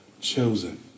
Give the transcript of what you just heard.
chosen